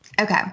Okay